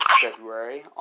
February